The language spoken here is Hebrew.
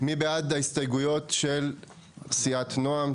מי בעד ההסתייגויות של סיעת "נעם",